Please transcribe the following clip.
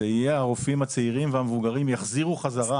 הרופאים הצעירים והמבוגרים יחזירו חזרה.